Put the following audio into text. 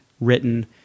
written